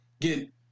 get